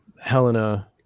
Helena